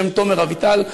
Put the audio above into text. בשם תומר אביטל,